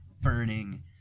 burning